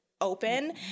open